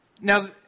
Now